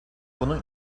bunu